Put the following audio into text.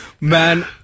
Man